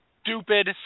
stupid